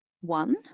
One